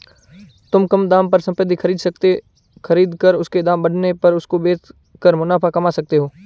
तुम कम दाम पर संपत्ति खरीद कर उसके दाम बढ़ने पर उसको बेच कर मुनाफा कमा सकते हो